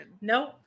Nope